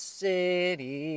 city